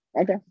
Okay